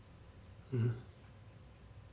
mmhmm